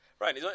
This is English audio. Right